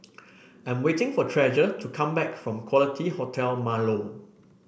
I'm waiting for Treasure to come back from Quality Hotel Marlow